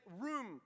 room